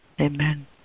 Amen